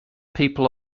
people